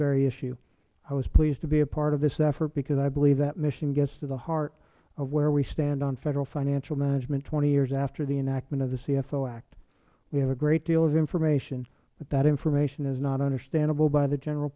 very issue i was pleased to be a part of this effort because i believe that mission gets to the heart of where we stand on federal financial management twenty years after the enactment of the cfo act we have a great deal of information but that information is not understandable by the general